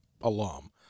alum